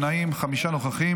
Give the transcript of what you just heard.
שלושה נמנעים, חמישה נוכחים.